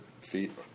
feet